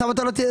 אותם לא תראה.